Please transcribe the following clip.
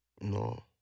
No